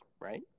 right